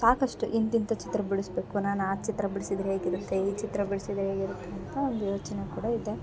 ಸಾಕಷ್ಟು ಇಂತಿಂಥ ಚಿತ್ರ ಬಿಡಿಸ್ಬೇಕು ನಾನು ಆ ಚಿತ್ರ ಬಿಡ್ಸಿದರೆ ಹೇಗಿರುತ್ತೆ ಈ ಚಿತ್ರ ಬಿಡಿಸಿದ್ರೆ ಹೇಗಿರತ್ತೆ ಅಂತ ಒಂದು ಯೋಚನೆ ಕೂಡ ಇದೆ